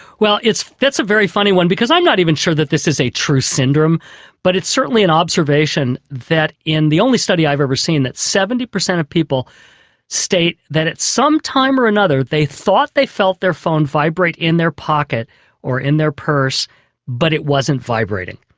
well that's a very funny one because i'm not even sure that this is a true syndrome but it's certainly an observation that in the only study i have ever seen that seventy percent of people state that at some time or another they thought they felt their phone vibrate in their pocket or in their purse but it wasn't vibrating.